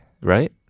Right